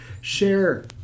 share